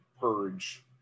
purge